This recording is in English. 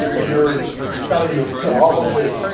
in your study of theology,